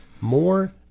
more